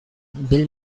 bill